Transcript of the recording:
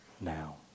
now